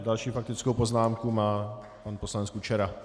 Další faktickou poznámku má pan poslanec Kučera.